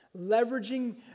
leveraging